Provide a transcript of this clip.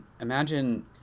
Imagine